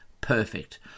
Perfect